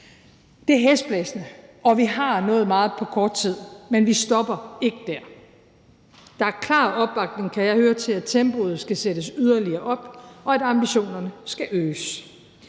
Det er hæsblæsende, og vi har nået meget på kort tid, men vi stopper ikke der. Der er klar opbakning, kan jeg høre, til, at tempoet skal sættes yderligere op, og at ambitionerne skal øges.